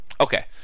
Okay